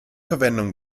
verwendung